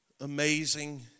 amazing